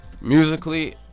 musically